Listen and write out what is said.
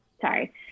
sorry